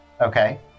Okay